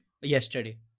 yesterday